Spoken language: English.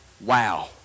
wow